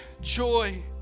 joy